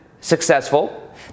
successful